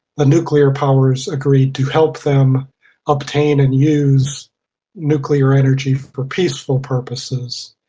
the nuclear powers agreed to help them obtain and use nuclear energy for peaceful purposes.